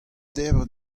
debret